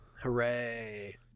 hooray